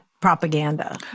Propaganda